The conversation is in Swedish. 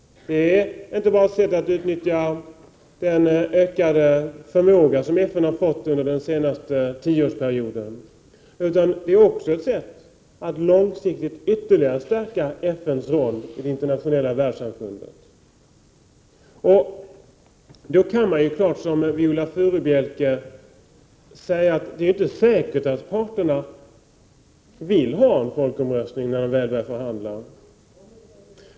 Det är inte bara ett sätt att utnyttja den ökade förmåga som FN har fått under den senaste tioårsperioden, utan det är också ett sätt att långsiktigt ytterligare stärka FN:s roll i det internationella världssamfundet. Man kan naturligtvis säga som Viola Furubjelke att det inte är säkert att parterna vill ha en folkomröstning när det väl blir förhandling.